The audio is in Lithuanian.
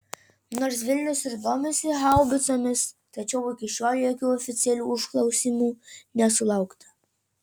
nors vilnius ir domisi haubicomis tačiau iki šiol jokių oficialių užklausimų nesulaukta